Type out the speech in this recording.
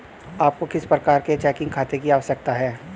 आपको किस प्रकार के चेकिंग खाते की आवश्यकता है?